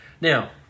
Now